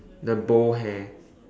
the bowl hair